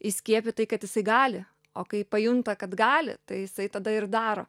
įskiepyt tai kad jisai gali o kai pajunta kad gali tai jisai tada ir daro